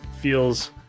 feels